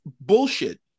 bullshit